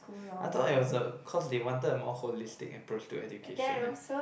I thought it was a cause they wanted a more holistic approach to education eh